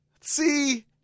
See